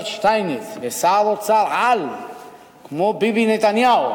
שטייניץ ושר אוצר-על כמו ביבי נתניהו,